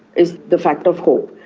is the fact of hope.